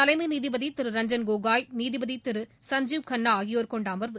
தலைமை நீதிபதி திரு ரஞ்சன் கோகோய் நீதிபதி திரு சஞ்சீவ் கன்னா ஆகியோர் கொண்ட அமர்வு